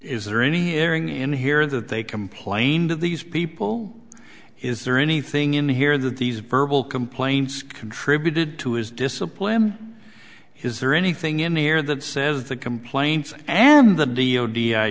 is there any hearing in here that they complained of these people is there anything in here that these verbal complaints contributed to his discipline is there anything in here that says the complaints and the d o d i